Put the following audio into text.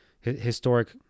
historic